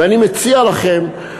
ואני מציע לכם,